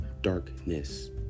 darkness